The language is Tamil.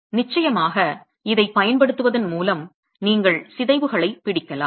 நிச்சயமாக இதைப் பயன்படுத்துவதன் மூலம் நீங்கள் சிதைவுகளைப் பிடிக்கலாம்